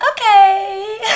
Okay